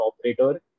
operator